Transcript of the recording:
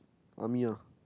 army ah